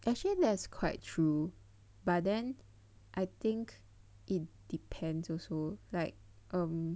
actually that's quite true but then I think it depends also like um